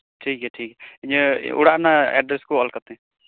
ᱴᱷᱤᱠ ᱜᱮᱭᱟ ᱴᱷᱤᱠ ᱜᱮᱭᱟ ᱤᱧᱟᱹᱜ ᱚᱲᱟᱜ ᱨᱮᱱᱟᱜ ᱮᱰᱨᱮᱥ ᱠᱚ ᱚᱞ ᱠᱟᱹᱛᱧ ᱢᱮ